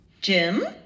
Jim